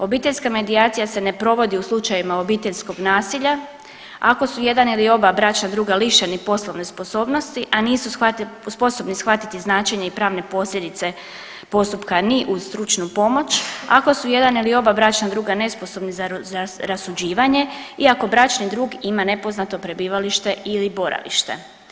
Obiteljska medijacija se ne provodi u slučajevima obiteljskog nasilja ako su jedan ili oba bračna druga lišeni poslovne sposobnosti, a nisu sposobni shvatiti značenje i pravne posljedice postupka ni uz stručnu pomoć, ako su jedan ili oba bračna druga nesposobni za rasuđivanje i ako bračni drug ima nepoznato prebivalište ili boravište.